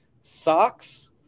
Socks